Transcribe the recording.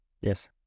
Yes